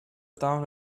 town